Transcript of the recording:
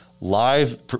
Live